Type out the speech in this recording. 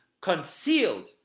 concealed